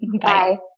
Bye